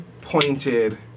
pointed